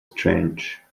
strange